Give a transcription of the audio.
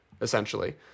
essentially